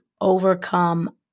overcome